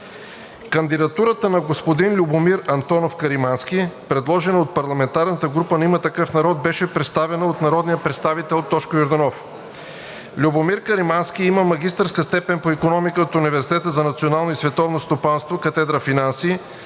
Кандидатурата на господин Любомир Антонов Каримански, предложена от парламентарната група на „Има такъв народ“, беше представена от народния представител Тошко Йорданов. Любомир Каримански има магистърска степен по икономика от Университета за национално и световно стопанство – катедра „Финанси“,